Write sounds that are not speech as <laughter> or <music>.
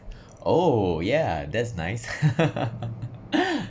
oh yeah that's nice <laughs>